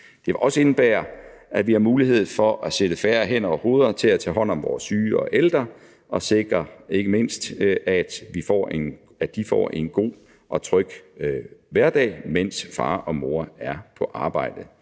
Det vil også indebære, at vi har færre muligheder for at sætte flere hænder og hoveder til at tage hånd om vores syge og ældre og ikke mindst sikre, at vores børn får en god og tryg hverdag, mens far og mor er på arbejde.